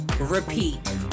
Repeat